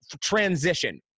transition